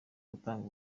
gutanga